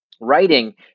writing